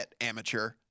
amateur